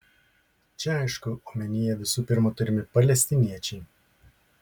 čia aišku omenyje visų pirma turimi palestiniečiai